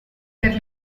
per